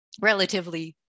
relatively